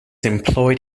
employed